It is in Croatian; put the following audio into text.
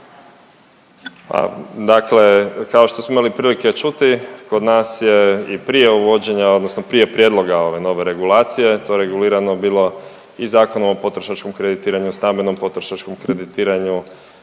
Dakle, kao što smo imali prilike čuti kod nas je i prije uvođenja odnosno prije prijedloga ove nove regulacije to regulirano bilo i Zakonom o potrošačkom kreditiranju, stambenom potrošačkom kreditiranju,